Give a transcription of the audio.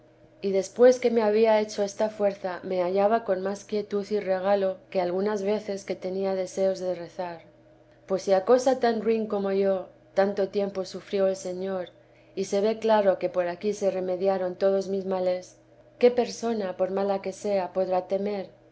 y después que me había hecho esta fuerza me hallaba con más quietud y regalo que algunas veces que tenía deseos de rezar pues si a cosa tan ruin como yo anto tiempo sufrió el señor y se ve claro que por aquí se remediaron todos mis males qué persona por mala que sea podrá temer